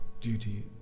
duty